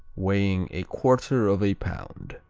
weighing a quarter of a pound.